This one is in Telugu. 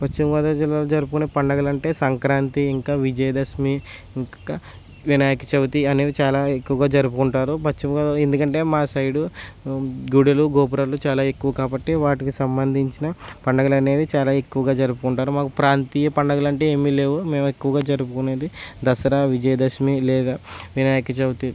పశ్చిమ గోదావరి జిల్లాలో జరుపుకునే పండుగలు అంటే సంక్రాంతి ఇంకా విజయదశమి ఇంకా వినాయక చవితి అనేవి చాలా ఎక్కువగా జరుపుకుంటారు పశ్చిమ గోదావరి ఎందుకంటే మా సైడు గుడిలు గోపురాలు చాలా ఎక్కువ కాబట్టి వాటికి సంబంధించిన పండుగలు అనేవి చాలా ఎక్కువగా జరుపుకుంటారు మాకు ప్రాంతీయ పండుగలు అంటే ఏమీ లేవు మేము ఎక్కువగా జరుపుకునేది దసరా విజయదశమి లేదా వినాయక చవితి